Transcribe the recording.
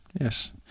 Yes